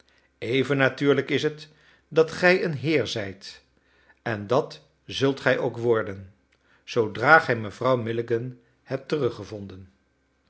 even natuurlijk is het dat gij een heer zijt en dat zult gij ook worden zoodra gij mevrouw milligan hebt teruggevonden